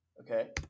Okay